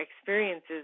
experiences